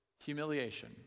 Humiliation